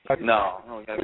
No